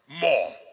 More